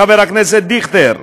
חבר הכנסת דיכטר,